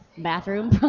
bathroom